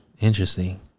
Interesting